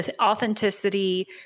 authenticity